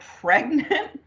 pregnant